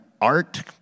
art